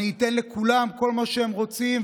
אני אתן לכולם כל מה שהם רוצים,